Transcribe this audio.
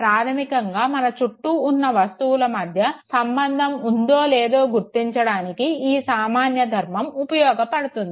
ప్రాధమికంగా మన చుట్టూ ఉన్న వస్తువుల మధ్య సంబంధం ఉందో లేదో గుర్తించడానికి ఈ సామాన్య ధర్మం ఉపయోగపడుతుంది